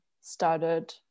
started